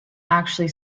actually